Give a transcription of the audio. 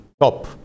top